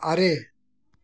ᱟᱨᱮ